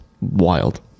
wild